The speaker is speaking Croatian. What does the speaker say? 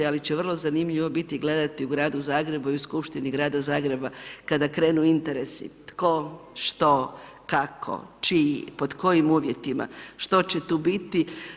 Ali će vrlo zanimljivo biti gledati u gradu Zagrebu i u skupštini grada Zagreba kada krenu interesi tko, što, kako, čiji, pod kojim uvjetima, što će tu biti.